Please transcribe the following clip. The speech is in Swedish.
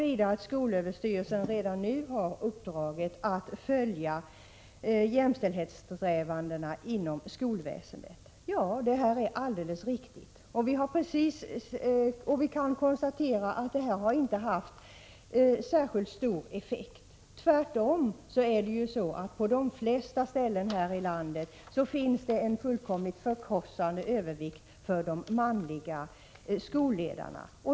Han sade också att skolöverstyrelsen redan nu har uppdraget att följa jämställdhetssträvandena inom skolväsendet. Ja, detta är alldeles riktigt, men vi kan konstatera att det inte har haft särskilt stor effekt. Tvärtom finns det på de flesta ställen här i landet en fullständigt förkrossande övervikt för de manliga skolledarna.